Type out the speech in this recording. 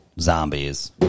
Zombies